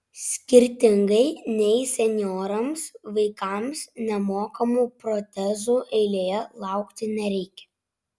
skirtingai nei senjorams vaikams nemokamų protezų eilėje laukti nereikia